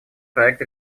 проект